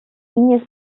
nie